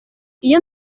iyo